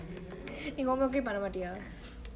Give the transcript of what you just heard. நீ:nee homework கெ பன்ன மாட்டியா:ke panne maatiya